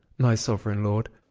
my sovereign lord.